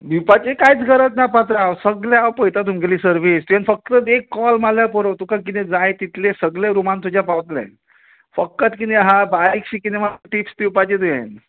भिवपाची कांयच गरज ना पात्रांव सगलें हांव पयता तुमगेली सर्वीस तुवें फक्त एक कोल मारल्यार पुरो तुका कितें जाय तितलें सगलें रुमान तुज्या पावतलें फकत कितें आहा बारीक शी कितें मात टिप्स दिवपाची तुवेंन